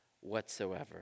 whatsoever